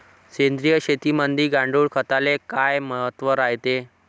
सेंद्रिय शेतीमंदी गांडूळखताले काय महत्त्व रायते?